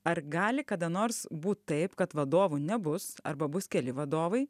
ar gali kada nors būt taip kad vadovų nebus arba bus keli vadovai